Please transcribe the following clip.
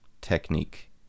technique